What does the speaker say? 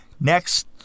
next